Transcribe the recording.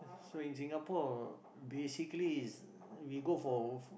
so in Singapore basically is we go for